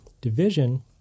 division